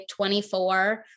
24